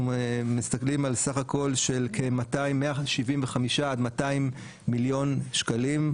מסתכלים על סך הכל כ-175-200 מיליארד שקלים.